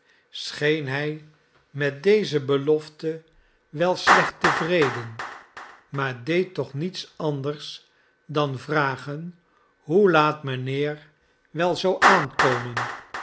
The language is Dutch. scheen hij met deze belofte wel slecht tevreden maar deed toch niets anders dan vragen hoe laat mijnheer wel zou aankomen